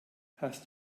hast